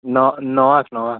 णव णवाक णवाक